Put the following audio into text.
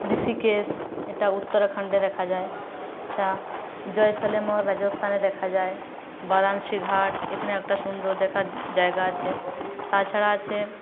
ঋষিকেশ এটা উত্তরাখণ্ডে দেখা যায় আচ্ছা জয়সলমের রাজস্থানে দেখা যায় বারাণসী ঘাট এখানে একটা সুন্দর দেখার জায়গা আছে তাছাড়া আছে